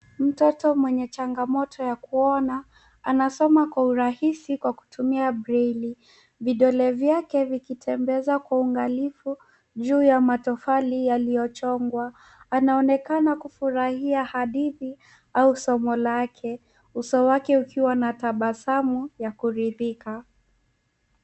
Mtoto mwenye changamoto ya kuona, anasoma kwa urahisi kwa kutumia braille .Vidole vyake vikitembezwa kwa uangalifu juu ya matofali yaliyochongwa. Anaonekana kufurahia hadithi au somo lake, uso wake ukiwa na tabasamu ya kuridhika.